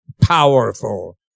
powerful